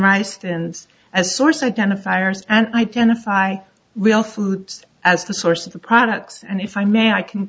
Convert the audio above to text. rice tins as source identifiers and identify real foods as the source of the products and if i may i can